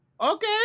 Okay